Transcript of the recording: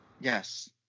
Yes